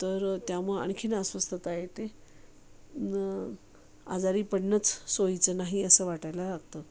तर त्यामुळं आणखीन अस्वस्थता येते आजारी पडणंच सोयीचं नाही असं वाटायला लागतं